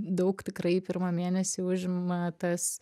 daug tikrai pirmą mėnesį užima tas